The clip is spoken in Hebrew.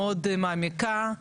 מאוד מעמיקה,